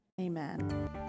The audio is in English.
Amen